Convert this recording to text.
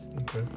okay